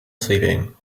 sleeping